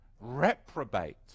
reprobate